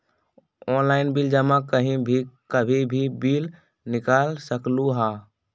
Online bill जमा कहीं भी कभी भी बिल निकाल सकलहु ह?